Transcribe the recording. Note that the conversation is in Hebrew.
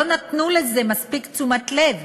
לא נתנו לזה מספיק תשומת לב,